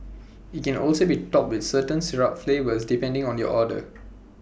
IT can also be topped with certain syrup flavours depending on your order